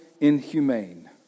inhumane